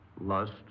lust